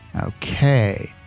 Okay